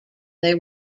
they